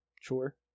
Sure